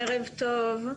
ערב טוב.